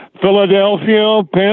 Philadelphia